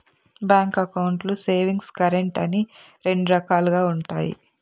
bank అకౌంట్లు savings, current అని రెండు రకాలుగా ఉంటాయి